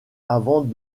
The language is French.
avant